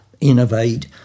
innovate